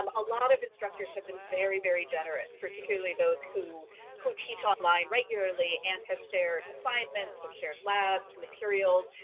um a lot of instructors have been very very generous, particularly those who who teach online regularly and have shared assignments, have shared labs, materials.